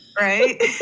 Right